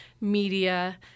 media